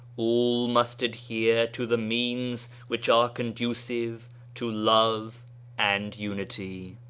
all must adhere to the means which are conducive to love and unity.